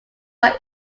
are